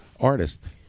artist